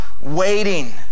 waiting